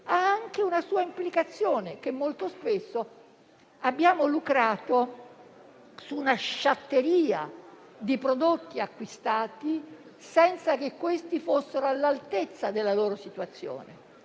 ha anche una sua implicazione, nel senso che molto spesso abbiamo lucrato su una sciatteria di prodotti acquistati senza che fossero all'altezza della situazione.